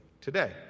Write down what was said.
today